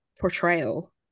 portrayal